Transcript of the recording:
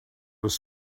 was